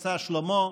מבצע שלמה,